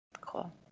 Cool